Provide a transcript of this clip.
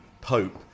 Pope